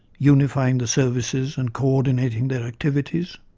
unifying the services and coordinating their activities.